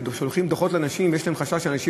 ששולחים דוחות לאנשים ויש להם חשש שאנשים